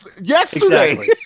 Yesterday